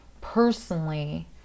personally